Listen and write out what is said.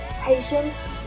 Patience